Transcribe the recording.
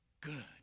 good